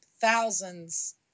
thousands